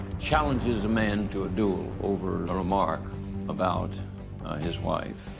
challenges a man to a duel over a remark about his wife,